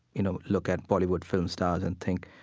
you know, look at bollywood film stars and think,